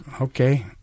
okay